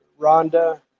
Rhonda